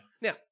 Now